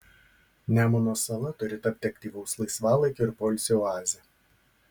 nemuno sala turi tapti aktyvaus laisvalaikio ir poilsio oaze